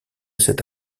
cet